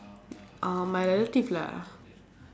uh my relative lah